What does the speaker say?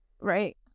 Right